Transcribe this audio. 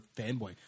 fanboy